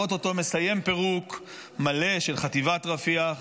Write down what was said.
הוא או-טו-טו מסיים פירוק מלא של חטיבת רפיח.